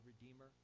Redeemer